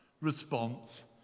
response